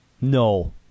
No